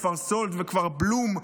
כפר סאלד וכפר בלום,